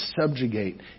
subjugate